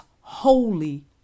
holy